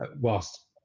whilst